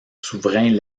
souverains